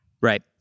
Right